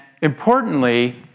importantly